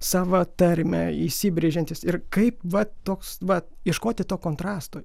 sava tarmę įsibrėžiantis ir kaip va toks va ieškoti to kontrasto